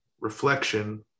reflection